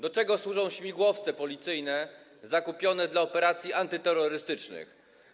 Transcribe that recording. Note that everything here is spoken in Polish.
Do czego służą śmigłowce policyjne zakupione do operacji antyterrorystycznych?